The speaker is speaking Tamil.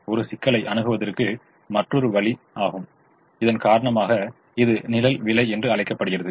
இது சிக்கலை அணுகுவதற்கு மற்றொரு வழி ஆகும் இதன் காரணமாக இது நிழல் விலை என்று அழைக்கப்படுகிறது